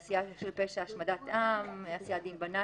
עשייה של פשע, השמדת עם, עשיית דין בנאצים.